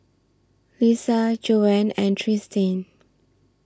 Lissa Joanne and Tristin